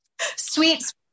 sweet